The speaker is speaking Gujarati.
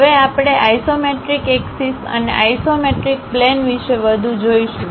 હવે આપણે આઇસોમેટ્રિક એક્સિસ અને આઇસોમેટ્રિક પ્લેન વિશે વધુ જોઈશું